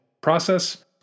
process